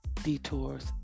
detours